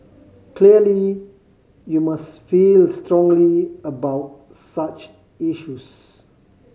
clearly you must feel strongly about such issues